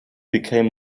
became